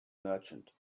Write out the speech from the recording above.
merchant